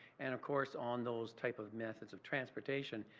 and of course on those types of methods of transportation,